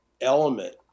element